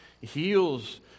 heals